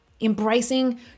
embracing